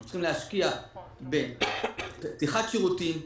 אנחנו צריכים להשקיע בפתיחת שירותים,